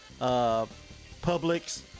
Publix